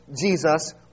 Jesus